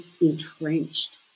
entrenched